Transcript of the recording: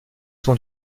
sont